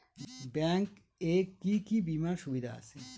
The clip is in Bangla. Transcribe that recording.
ব্যাংক এ কি কী বীমার সুবিধা আছে?